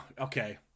okay